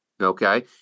okay